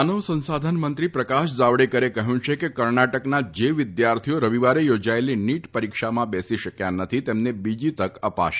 માનવ સંસાધન મંત્રી પ્રકાશ જાવડેકરે કહ્યું છે કે કર્ણાટકના જે વિદ્યાર્થીઓ રવિવારે યોજાયેલી નીટ પરીક્ષામાં બેસી શકયા નથી તેમને બીજી તક અપાશે